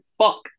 fuck